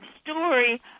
story